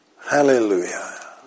Hallelujah